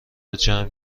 جمع